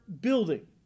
building